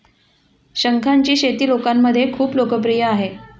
शंखांची शेती लोकांमध्ये खूप लोकप्रिय आहे